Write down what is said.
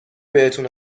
بهتون